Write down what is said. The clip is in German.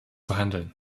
handeln